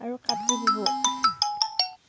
আৰু কাতি বিহু